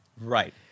right